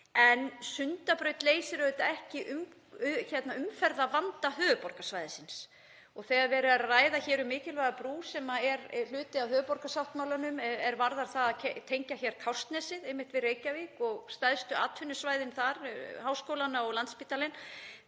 En Sundabraut leysir auðvitað ekki umferðarvanda höfuðborgarsvæðisins og þegar verið er að ræða hér um mikilvæga brú sem er hluti af höfuðborgarsáttmálanum er varðar það að tengja Kársnesið við Reykjavík og stærstu atvinnusvæðin þar, háskólana og Landspítalann,